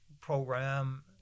program